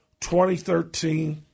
2013